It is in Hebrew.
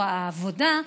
או העבודה,